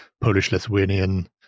Polish-Lithuanian